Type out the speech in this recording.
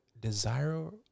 Desirable